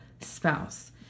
spouse